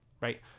right